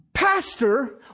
Pastor